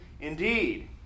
Indeed